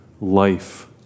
life